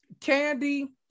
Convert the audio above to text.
Candy